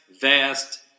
vast